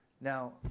Now